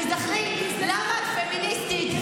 תיזכרי למה את פמיניסטית,